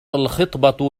الخطبة